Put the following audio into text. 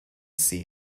see